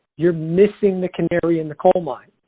you're missing the canary in the coal mine.